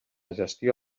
gestió